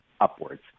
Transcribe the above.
upwards